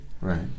Right